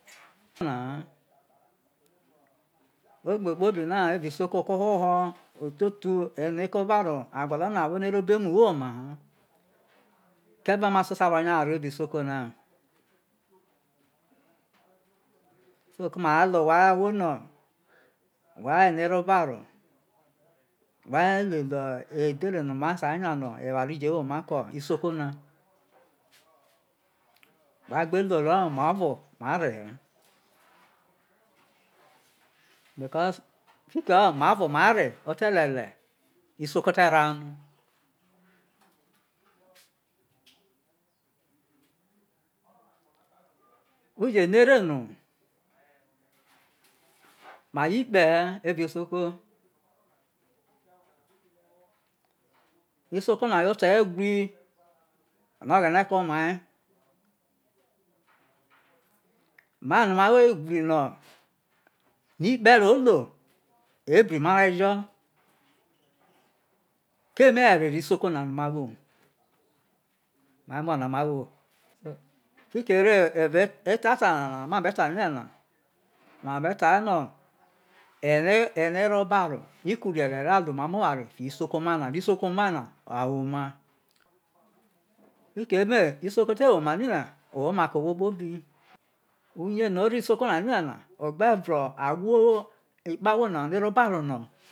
naha egbe kpobi evao isoko ko̠ oho ho̠ eno̠ eko̠ obaro agwolo̠ no̠ awho no̠ ero̠ obo̠ emu awoma he ke ere ma se sa ra nya ha ro evao isoko? so ko ma re̠ lo̠ owai uno whai eno̠ ero obaro wa lele edhere no̠ ma ta nya no̠ eware i je woma erai isoko na wa gberuo̠ o re̠ woma ze re orehe because fiki o ma vo ma re isoko ote̠ raha no uju no̠ ere no ma wo ikpe he̠ evao isoko isoko na yo̠ oto ewri o̠no̠ o̠ghe̠ne̠ ko mai, mai no̠ ma wo ewri no ikpe̠ ro lo ebri mare jo̠ keme ho erere isoko na no̠ mawo na mai emo̠ na ma wo na foki ere evao etata nana to ma be ta nane̠ na erie ro̠ obaro ikurie̠ rie̠ re ma lu omamo̠ oware fiho̠ isoko mai na re isoko mai na owoma fiki ere isoko te woma nine na owoma ke owho kpo bi uuye no̠ o̠ro̠ isoko na nenena oga vio ikpeawho na no̠ ero̠ oba ro no.